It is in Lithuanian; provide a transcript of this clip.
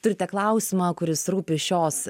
turite klausimą kuris rūpi šios